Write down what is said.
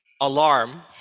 alarm